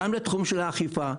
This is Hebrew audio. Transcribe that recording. גם בתחום של האכיפה,